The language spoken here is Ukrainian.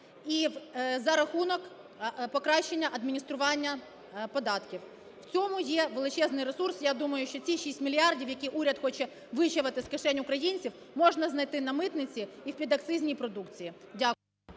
і за рахунок покращення адміністрування податків. В цьому є величезний ресурс, я думаю, що ці 6 мільярдів, які уряд хоче вичавити з кишень українців, можна знайти на митниці і в підакцизній продукції. Дякую.